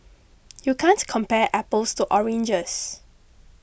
you can't compare apples to oranges